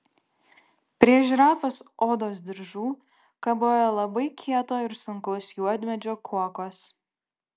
prie žirafos odos diržų kabojo labai kieto ir sunkaus juodmedžio kuokos